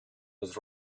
was